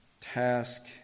task